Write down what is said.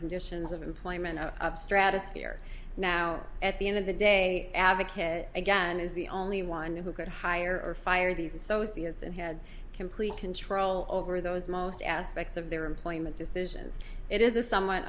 conditions of employment stratosphere now at the end of the day advocate again is the only anyone who could hire or fire these associates and had complete control over those most aspects of their employment decisions it is a somewhat